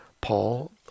Paul